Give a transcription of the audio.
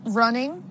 running